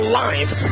life